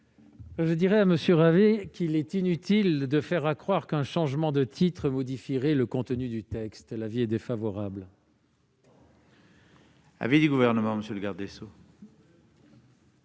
Je dirai à M. Ravier qu'il est inutile de faire accroire qu'un changement de titre modifierait le contenu du texte. L'avis est défavorable.